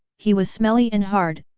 he was smelly and hard,